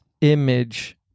image